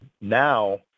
Now